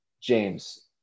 James